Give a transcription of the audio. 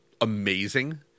amazing